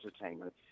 Entertainment